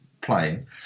playing